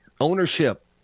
ownership